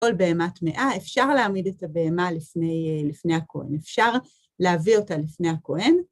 כל בהמת מאה אפשר להעמיד את הבהמה לפני הכהן, אפשר להביא אותה לפני הכהן.